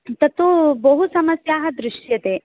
तत्तु बहु समस्याः दृश्यते